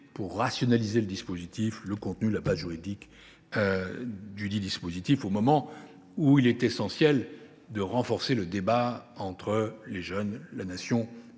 pour rationaliser les objectifs, le contenu et la base juridique du dispositif, au moment où il est essentiel de renforcer le lien entre les jeunes, la Nation et l’armée.